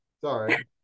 Sorry